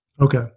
Okay